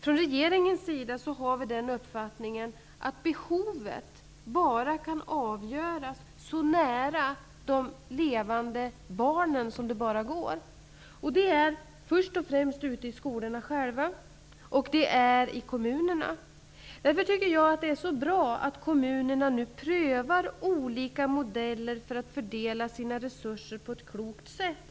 Regeringen har den uppfattningen att behovet bara kan avgöras så nära de levande barnen som det bara går. Det är först och främst ute på skolorna själva samt i kommunerna. Därför är det så bra att kommunerna nu prövar olika modeller för att fördela sina resurser på ett klokt sätt.